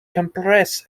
compress